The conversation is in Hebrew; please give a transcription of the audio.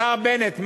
השר בנט,